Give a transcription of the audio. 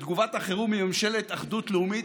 ותגובת החירום היא ממשלת אחדות לאומית.